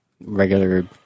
regular